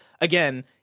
again